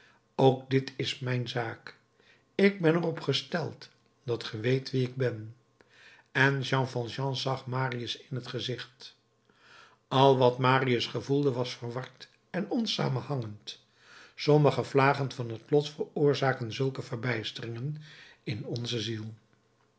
ook dit is mijn zaak ik ben er op gesteld dat ge weet wie ik ben en jean valjean zag marius strak in het gezicht al wat marius gevoelde was verward en onsamenhangend sommige vlagen van het lot veroorzaken zulke verbijsteringen in onze ziel